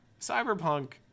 Cyberpunk